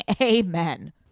amen